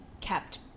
kept